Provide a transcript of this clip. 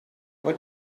what